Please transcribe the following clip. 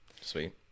sweet